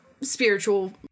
spiritual